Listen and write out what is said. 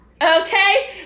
Okay